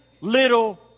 little